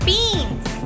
Beans